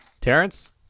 Terrence